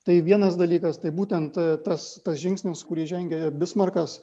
tai vienas dalykas tai būtent tas žingsnis kurį žengė bismarkas